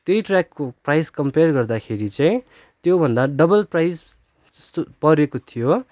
त्यही ट्रयाकको price compare गर्दाखेरि चाहिँ त्यो भन्दा डबल प्राइज जस्तो परेको थियो